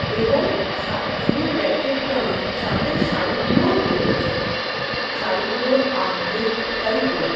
এবং শুধু প্যাকেটটা নয় সাথে শাড়িগুলোও পুড়ে গেছে শাড়িগুলোর আদ্ধেকটাই পোড়া